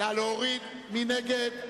מי נגד?